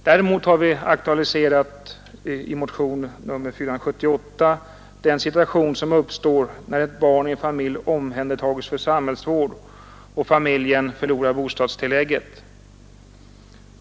Däremot har vi i motionen 478 aktualiserat den situation som uppstår när ett barn i en familj omhändertages för samhällsvård och familjen förlorar bostadstillägget.